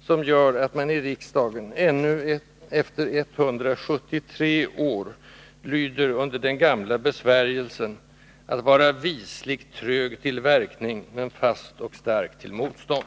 som gör att man i riksdagen ännu efter 173 år lyder under den gamla besvärjelsen att vara ”wisligt trög till werkning, men fast och stark till motstånd”.